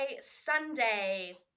Sunday